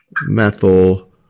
methyl